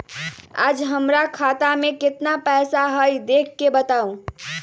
आज हमरा खाता में केतना पैसा हई देख के बताउ?